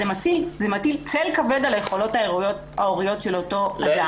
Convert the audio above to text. זה מטיל צל כבד על היכולות ההוריות של אותו אדם.